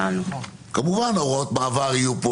כמובן הוראות מעבר יהיו.